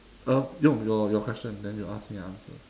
uh no your your question then you ask me I answer